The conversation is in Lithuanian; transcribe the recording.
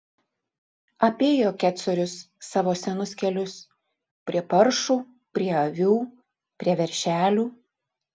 apėjo kecorius savo senus kelius prie paršų prie avių prie veršelių